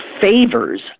favors